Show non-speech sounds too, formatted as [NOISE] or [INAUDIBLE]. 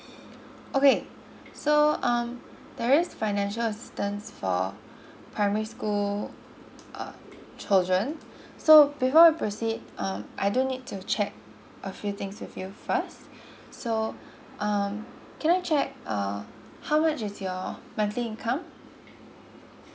okay so um there is financial assistance for primary school uh children [BREATH] so before I proceed um I do need to check a few things with you first [BREATH] so um can I check uh how much is your monthly income